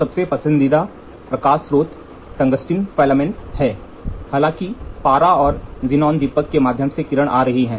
तो सबसे पसंदीदा प्रकाश स्रोत टंगस्टन फिलामेंट लाइट्स है हालांकि पारा और क्सीनन दीपक के माध्यम से किरण आ रही है